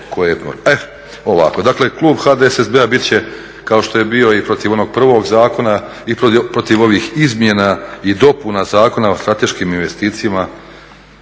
imam. E ovako, dakle klub HDSSB-a bit će kao što je bio i protiv onog prvog zakona i protiv ovih izmjena i dopuna Zakona o strateškim investicijskim